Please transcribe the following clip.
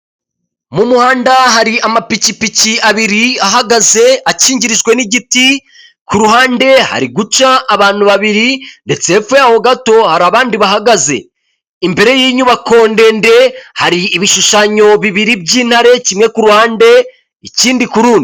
Mu muhanda hari amapikipiki abiri ahagaze akingirijwe n'igiti, k'uruhande hari guca abantu babiri, ndetse hepfo yaho gato hari abandi bahagaze. Imbere y'inyubako ndende hari ibishushanyo bibiri by'intare kimwe k'uruhande ikindi k'urundi.